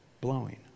blowing